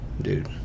dude